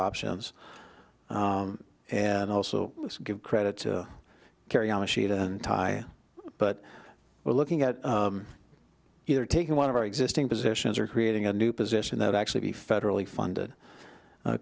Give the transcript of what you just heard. options and also give credit to carry on a sheet and tie but we're looking at either taking one of our existing positions or creating a new position that actually be federally funded